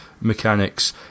mechanics